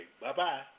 bye-bye